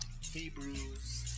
Hebrews